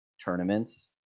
tournaments